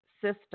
system